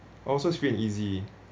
oh so it's free and easy